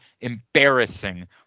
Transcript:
embarrassing